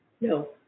No